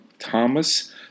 Thomas